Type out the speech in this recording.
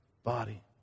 body